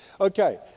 Okay